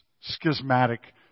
schismatic